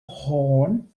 horne